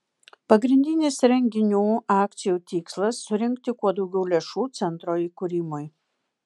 pagrindinis renginių akcijų tikslas surinkti kuo daugiau lėšų centro įkūrimui